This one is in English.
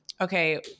okay